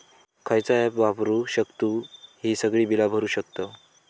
खयचा ऍप वापरू शकतू ही सगळी बीला भरु शकतय?